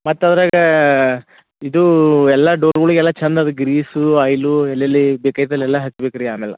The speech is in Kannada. ಮತ್ತು ಅದ್ರಗ ಇದು ಎಲ್ಲ ಡೋರ್ಗುಳಿಗೆಲ್ಲ ಚಂದದ ಗ್ರೀಸು ಆಯಿಲು ಎಲ್ಲಿಲ್ಲಿ ಬೇಕೈತಿ ಅಲ್ಲೆಲ್ಲ ಹಾಕ್ಬೇಕು ರೀ ಆಮೇಲೆ